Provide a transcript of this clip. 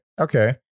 Okay